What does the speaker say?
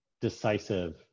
decisive